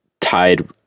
tied